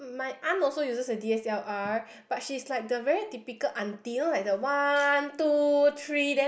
my aunt also uses a D_S_L_R but she's like the very typical aunty you know like the one two three then